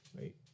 Wait